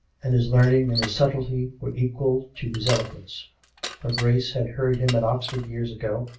and his learning and his subtlety were equal to his elo quence her grace had heard him at oxford years ago,